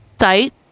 ...site